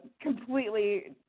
completely